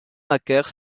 macaire